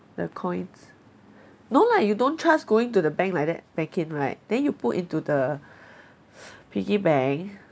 the coins no lah you don't trust going to the bank like that bank in right then you put into the piggy bank